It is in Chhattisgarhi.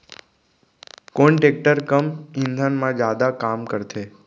कोन टेकटर कम ईंधन मा जादा काम करथे?